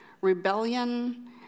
rebellion